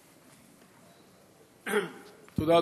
תודה,